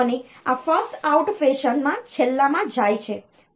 અને આ first out fashion માં છેલ્લામાં જાય છે